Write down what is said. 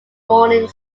morning